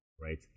right